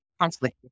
constantly